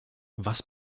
was